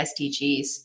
SDGs